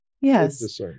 Yes